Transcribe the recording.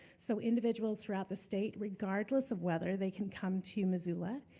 so individuals throughout the state, regardless of whether they can come to missoula,